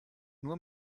nur